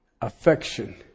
affection